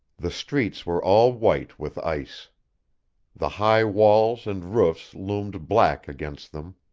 the streets were all white with ice the high walls and roofs loomed black against them.